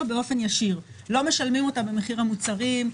באופן ישיר לא משלמים אותה במחיר המוצרים,